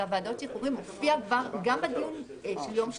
אבל הנוסח של ועדות השחרורים הופיע כבר גם בדיון של יום שלישי,